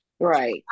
Right